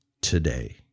today